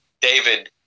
David